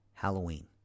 Halloween